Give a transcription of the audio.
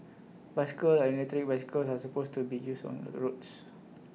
bicycles and electric bicycles are supposed to be used only on the roads